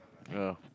ya